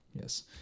Yes